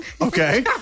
Okay